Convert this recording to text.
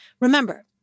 Remember